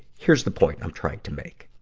here's the point i'm trying to make,